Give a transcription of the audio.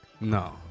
No